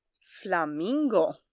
Flamingo